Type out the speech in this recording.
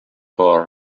four